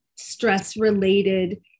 stress-related